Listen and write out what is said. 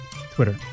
Twitter